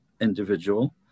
individual